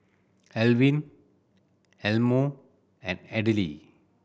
Alwin Elmo and Adele